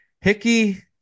Hickey